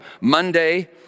Monday